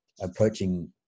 approaching